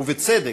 ובצדק,